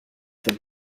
for